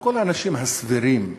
על כל האנשים הסבירים בעולם,